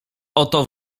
oto